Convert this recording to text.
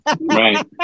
Right